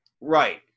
Right